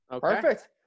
Perfect